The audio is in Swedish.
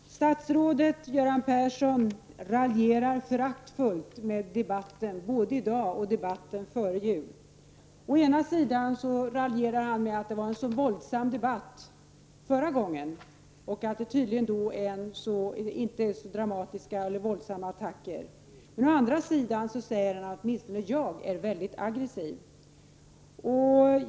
Fru talman! Statsrådet Göran Persson raljerade föraktfullt både i dag och i debatten före jul. Å ena sidan menar han att det var en våldsam debatt förra gången, men den här gången inte så våldsamma attacker. Å andra sidan säger han att åtminstone jag är mycket aggressiv.